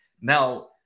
Now